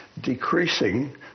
decreasing